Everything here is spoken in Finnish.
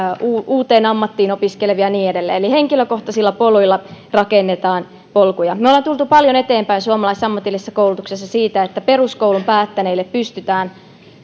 uuteen ammattiin opiskelevia ja niin edelleen eli henkilökohtaisilla poluilla rakennetaan polkuja me olemme tulleet paljon eteenpäin suomalaisessa ammatillisessa koulutuksessa siten että peruskoulun päättäneistä pystytään